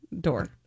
Door